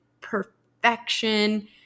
perfection